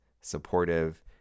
supportive